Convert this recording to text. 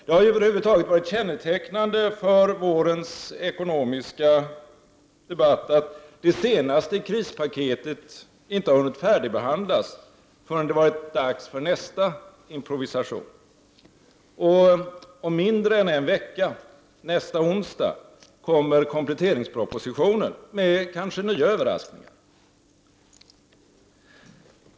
Det har ju över huvud taget varit kännetecknande för vårens ekonomiska debatt att det senaste krispaketet inte har hunnit färdigbehandlas förrän det varit dags för nästa improvisation. Och om mindre än en vecka kommer kompletteringspropositionen med kanske nya överraskningar.